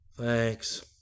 Thanks